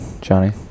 Johnny